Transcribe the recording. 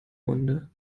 wunde